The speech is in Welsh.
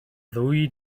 ddwy